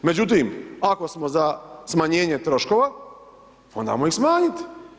Međutim, ako smo za smanjenje troškova onda ajmo ih smanjit.